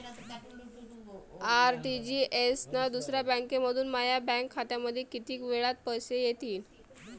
RTGS न दुसऱ्या बँकेमंधून माया बँक खात्यामंधी कितीक वेळातं पैसे येतीनं?